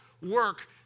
work